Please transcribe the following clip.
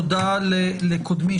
תודה לקודמי.